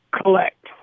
collect